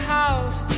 house